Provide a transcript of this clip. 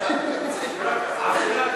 עשירה,